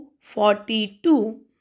Forty-two